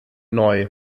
neu